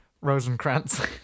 Rosencrantz